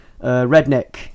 redneck